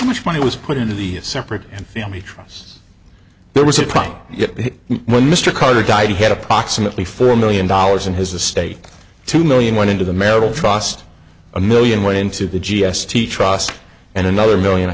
how much money was put into the separate and family trusts there was a problem when mr carter died he had approximately four million dollars in his estate two million went into the marital trust a million went into the g s t trust and another million i